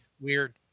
Weird